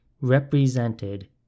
represented